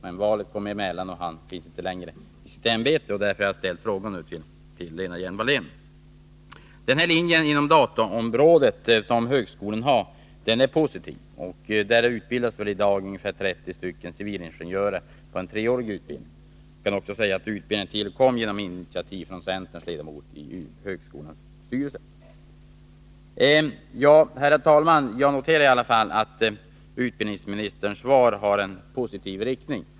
Men valet kom emellan, och eftersom han nu inte längre är kvar i sitt ämbete har jag ställt denna fråga till Lena Hjelm-Wallén. Denna högskolelinje på dataområdet är positiv: Där utbildas i dag ca 30 civilingenjörer i en treårig utbildning. Jag kan också säga att utbildningen tillkom genom initiativ från centerns ledamot i högskolans styrelse. Herr talman! Jag noterar i alla fall att utbildningsministerns svar har en positiv inriktning.